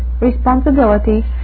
responsibility